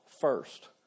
first